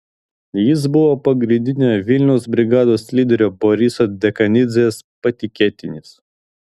jis buvo pagrindinio vilniaus brigados lyderio boriso dekanidzės patikėtinis